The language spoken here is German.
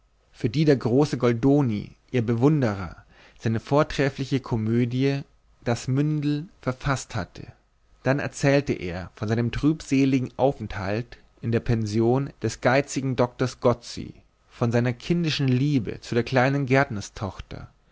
für die der große goldoni ihr bewunderer seine vortreffliche komödie das mündel verfaßt hatte dann erzählte er von seinem trübseligen aufenthalt in der pension des geizigen doktors gozzi von seiner kindischen liebe zu der kleinen